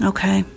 Okay